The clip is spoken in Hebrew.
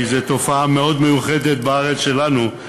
כי זו תופעה מאוד מיוחדת בארץ שלנו,